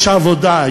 יש עבודה,